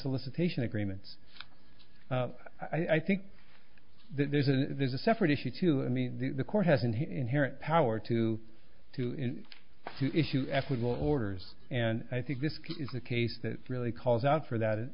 solicitation agreements i think that there's a there's a separate issue to me the court has an inherent power to to issue ethical orders and i think this is a case that really calls out for that it